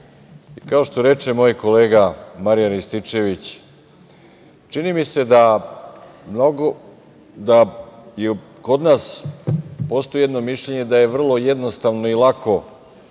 što reče moj kolega Marijan Rističević, čini mi se da kod nas postoji jedno mišljenje da je vrlo jednostavno i lako ući